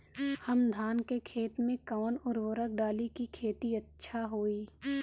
हम धान के खेत में कवन उर्वरक डाली कि खेती अच्छा होई?